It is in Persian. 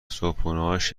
صبحونههاش